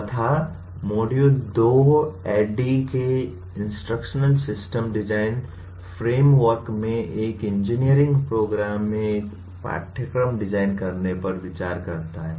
तथा module 2 ADDIE के instructional system design framework में एक इंजीनियरिंग प्रोग्राम में एक पाठ्यक्रम डिजाइन करने पर विचार करता है